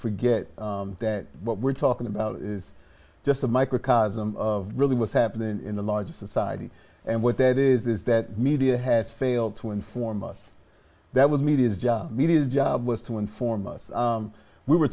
forget that what we're talking about is just a microcosm of really what's happening in the larger society and what that is is that media has failed to inform us that was media's job media's job was to inform us we were